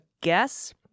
guess